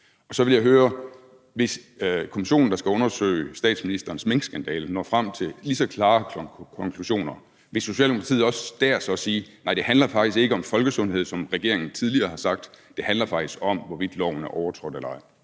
Så vil jeg høre: Hvis kommissionen, der skal undersøge statsministerens minkskandale, når frem til lige så klare konklusioner, vil Socialdemokratiet så også dér sige: Nej, det handler faktisk ikke om folkesundhed, som regeringen tidligere har sagt; det handler faktisk om, hvorvidt loven er overtrådt eller ej?